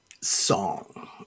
song